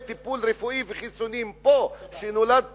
שנולד פה,